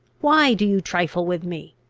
why do you trifle with me?